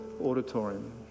auditorium